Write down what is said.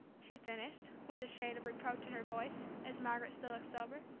she finished, with a shade of reproach in her voice, as margaret still looked sober.